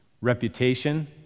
reputation